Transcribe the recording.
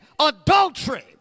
adultery